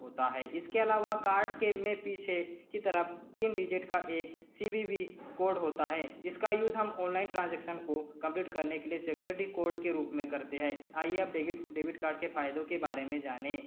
होता है इसके अलावा कार्ड के में पीछे की तरफ तीन डिजिट का एक सी वी वी कोड होता है जिसका यूज़ हम ऑनलाइन ट्रांन्ज़ैक्शन को कम्प्लीट करने के लिए सिक्योरिटी कोड के रूप में करते हैं आइये अब डेबिट कार्ड के फ़ायदों के बारे में जाने